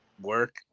Work